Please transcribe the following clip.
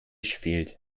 fehlt